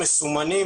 הם מסומנים,